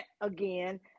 again